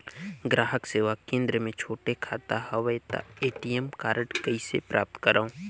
ग्राहक सेवा केंद्र मे छोटे खाता हवय त ए.टी.एम कारड कइसे प्राप्त करव?